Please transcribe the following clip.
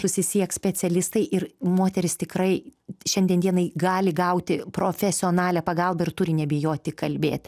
susisieks specialistai ir moteris tikrai šiandien dienai gali gauti profesionalią pagalbą ir turi nebijoti kalbėt